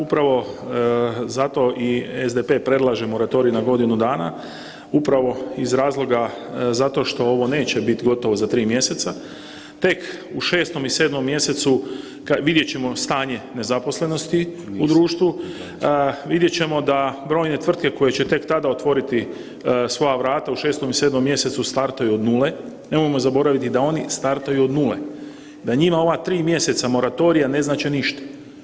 Upravo zato i SDP predlaže moratorij na godinu dana, upravo iz razloga zato što ovo neće biti gotovo za tri mjeseca, tek u 6. i 7. mjesecu vidjet ćemo stanje nezaposlenosti u društvu, vidjet ćemo da brojne tvrtke koje će tek tada otvoriti svoja vrata u 6. i 7. mjesecu startaju od nule, nemojmo zaboraviti da oni startaju od nule da njima ova tri mjeseca moratorija ne znače ništa.